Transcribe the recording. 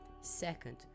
Second